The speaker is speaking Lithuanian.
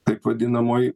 taip vadinamoj